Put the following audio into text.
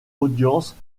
audience